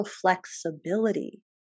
flexibility